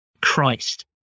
Christ